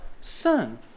Son